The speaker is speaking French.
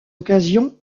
occasion